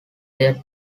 their